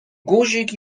guzik